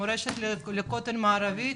מורשת לכותל מערבי,